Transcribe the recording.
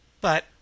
But